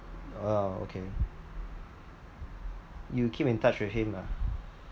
orh okay you keep in touch with him ah